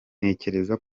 ntekereza